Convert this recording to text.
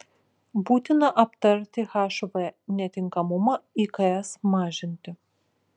būtina aptarti hv netinkamumą iks mažinti